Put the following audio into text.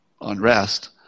unrest